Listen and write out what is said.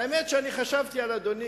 האמת שחשבתי על אדוני,